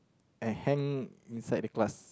and hang inside the class